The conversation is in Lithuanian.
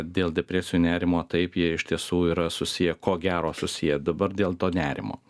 dėl depresijų nerimo taip jie iš tiesų yra susiję ko gero susiję dabar dėl to nerimo